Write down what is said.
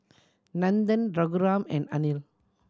Nandan and Anil